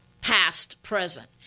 past-present